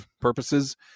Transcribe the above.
purposes